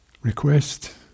request